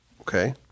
Okay